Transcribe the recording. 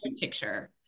picture